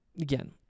again